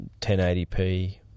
1080p